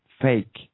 fake